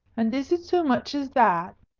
and is it so much as that?